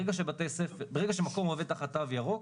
ברגע שמקום עובד תחת תו ירוק,